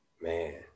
Man